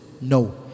No